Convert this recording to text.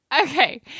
Okay